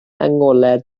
ngolau